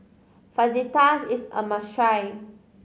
fajitas is a must try